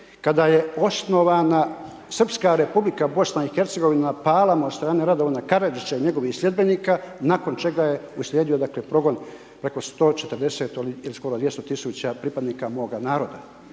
kada je osnovana Srpska Republika BIH …/Govornik se ne razumije./… od strane Radovana Karadžića i njegovih sljedbenika, nakon čega je uslijedio pogon preko 140, skoro 200 tisuća pripadnika moga naroda.